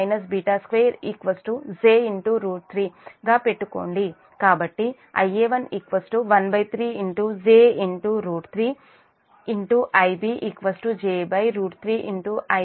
కాబట్టి Ia1 13 j3 Ib j3 Ib